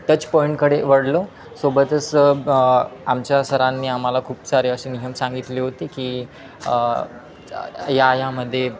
टचपॉईंटकडे वळलो सोबतच आमच्या सरांनी आम्हाला खूप सारे असे नियम सांगितले होते की या यामध्ये